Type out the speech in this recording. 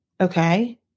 Okay